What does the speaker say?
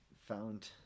Found